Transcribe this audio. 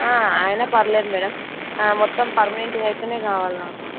అయిన పర్లేదు మ్యాడమ్ మొత్తం పర్మనెంట్గా అయితే కావాలి నాకు